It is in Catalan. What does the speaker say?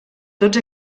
tots